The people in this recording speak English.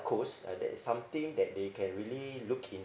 uh that is something that they can really look into